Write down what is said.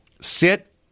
Sit